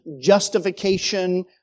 justification